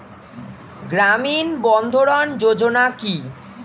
গ্রামীণ বন্ধরন যোজনা কি?